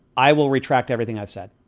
i will retract everything i said